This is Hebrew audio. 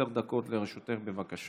עשר דקות לרשותך, בבקשה.